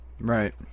Right